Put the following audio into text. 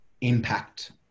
impact